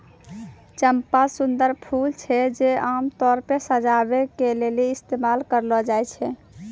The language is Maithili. चंपा सुंदर फूल छै जे आमतौरो पे सजाबै के लेली इस्तेमाल करलो जाय छै